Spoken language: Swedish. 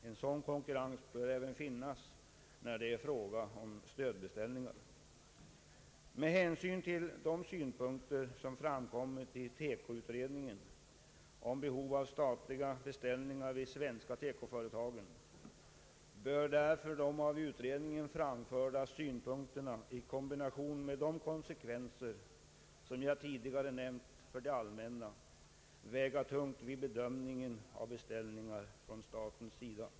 En sådan konkurrens bör även finnas när det är fråga om stödbeställningar. Med hänsyn till de synpunkter, som framkommit i TEKO-utredningen, om behov av statliga beställningar vid de svenska TEKO-företagen, bör därför de av utredningen framförda synpunkterna, i kombination med de konsekvenser jag tidigare nämnt för det allmänna, väga tungt vid bedömningen av beställningar från statens sida.